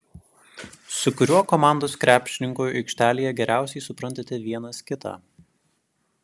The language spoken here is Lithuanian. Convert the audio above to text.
su kuriuo komandos krepšininku aikštelėje geriausiai suprantate vienas kitą